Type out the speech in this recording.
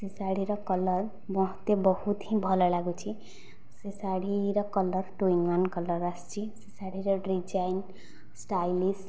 ସେ ଶାଢ଼ୀର କଲର୍ ମୋତେ ବହୁତ ହିଁ ଭଲ ଲାଗୁଛି ସେ ଶାଢ଼ୀର colour two in one colour ଆସିଛି ସେ ଶାଢ଼ୀର ଡିଜାଇନ୍ ଷ୍ଟାଇଲିସ୍